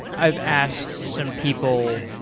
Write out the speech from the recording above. i've asked some people,